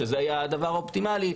שזה יהיה הדבר האופטימלי,